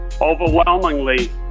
overwhelmingly